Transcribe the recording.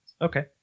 Okay